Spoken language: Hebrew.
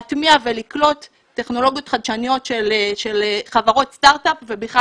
להטמיע ולקלוט טכנולוגיות חדשניות של חברות סטרטאפ ובכלל